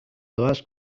doaz